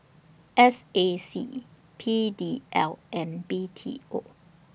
S A C P D L and B T O